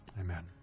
amen